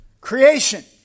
Creation